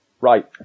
Right